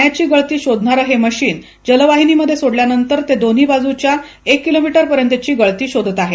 पाण्याची गळती शोधाणारे हे मशिन जलवाहिनीमध्ये सोडल्यानंतर ते दोन्ही बाजुच्या एक किलोमीटर पर्यंतची गळती शोधत आहे